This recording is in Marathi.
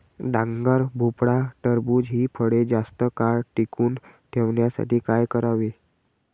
डांगर, भोपळा, टरबूज हि फळे जास्त काळ टिकवून ठेवण्यासाठी काय करावे?